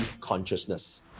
consciousness